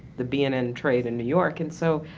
the b and n trade in new york and so,